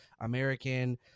american